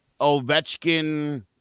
Ovechkin